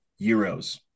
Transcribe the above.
euros